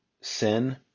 Sin